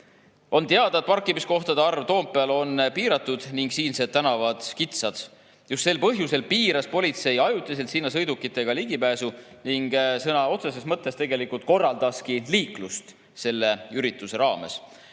On teada, et parkimiskohtade arv Toompeal on piiratud ning siinsed tänavad kitsad. Just sel põhjusel piiras politsei ajutiselt sinna sõidukitega ligipääsu ning sõna otseses mõttes korraldaski liiklust selle ürituse ajal.